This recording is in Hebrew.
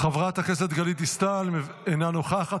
חברת הכנסת גלית דיסטל, אינה נוכחת.